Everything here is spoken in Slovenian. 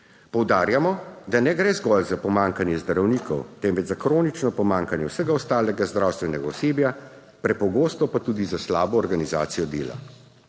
Poudarjamo, da ne gre zgolj za pomanjkanje zdravnikov, temveč za kronično pomanjkanje vsega ostalega zdravstvenega osebja, prepogosto pa tudi za slabo organizacijo dela.